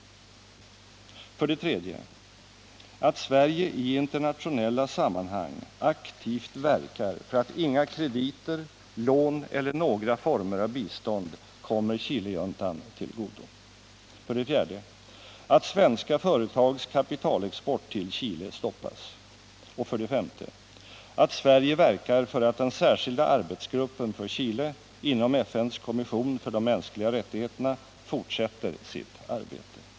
3. Att Sverige i internationella sammanhang aktivt verkar för att inga krediter, lån eller några former av bistånd kommer Chilejuntan till godo. 4. Att svenska företags kapitalexport till Chile stoppas. 5. Att Sverige verkar för att den särskilda arbetsgruppen för Chile inom FN:s kommission för de mänskliga rättigheterna fortsätter sitt arbete.